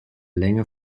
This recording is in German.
länge